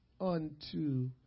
unto